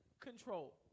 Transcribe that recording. control